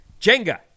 Jenga